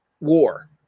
war